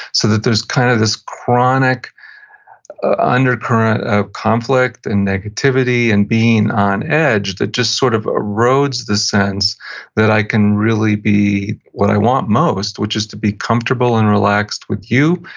so that there's kind of this chronic undercurrent of conflict and negativity, and being on edge that just sort of erodes the sense that i can really be what i want most, which is to be comfortable and relaxed with you,